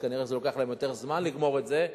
אז כנראה לוקח להם קצת יותר זמן לגמור את זה,